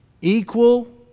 equal